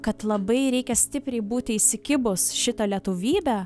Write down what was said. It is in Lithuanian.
kad labai reikia stipriai būti įsikibus šitą lietuvybę